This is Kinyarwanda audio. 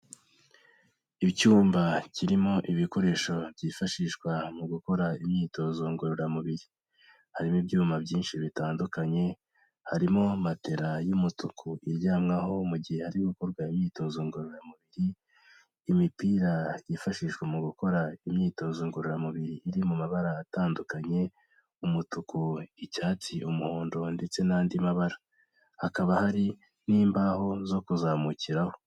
Icyumba kirimo ibikoresho byifashishwa mu gukora imyitozo ngororamubiri. Harimo ibyuma byinshi bitandukanye, harimo matera y'umutuku iryamwaho mu gihe ari gukorwa imyitozo ngororamubiri, imipira yifashishwa mu gukora imyitozo ngororamubiri iri mu mabara atandukanye, umutuku, icyatsi, umuhondo ndetse n'andi mabara. Hakaba hari n'imbaho zo kuzamukiraho.